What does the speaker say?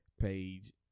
Page